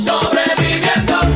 Sobreviviendo